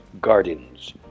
gardens